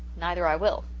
neither i will.